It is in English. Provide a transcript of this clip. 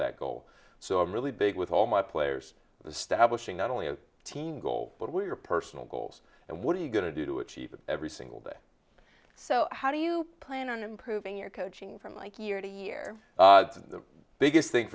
that goal so i'm really big with all my players the stablish in not only as a team goal but we are personal goals and what are you going to do to achieve it every single day so how do you plan on improving your coaching from like year to year the biggest thing